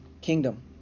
kingdom